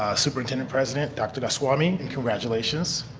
ah superintendent president, dr. gotswami, and congratulations.